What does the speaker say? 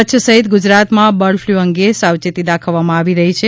કચ્છ સહિત ગુજરાતમાં બર્ડફલુ અંગે સાવચેતી દાખવવામાં આવી રહી છે